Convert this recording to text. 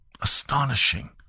Astonishing